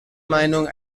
meinung